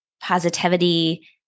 positivity